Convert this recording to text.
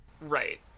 Right